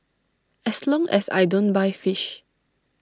as long as I don't buy fish